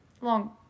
Long